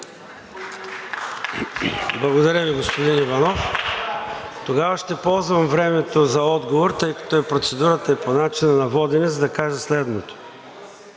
Благодаря Ви, господин Иванов. Тогава ще ползвам времето за отговор, тъй като процедурата е по начина на водене, за да кажа следното.